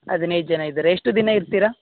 ಹದಿನೈದ್ ಜನ ಇದ್ದೀರ ಎಷ್ಟು ದಿನ ಇರ್ತೀರಾ